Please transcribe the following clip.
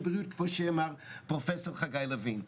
כפי שאמר פרופ' חגי לוין.